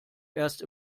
erst